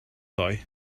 ddoe